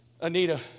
Anita